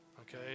okay